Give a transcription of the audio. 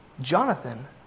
Jonathan